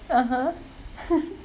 (uh huh)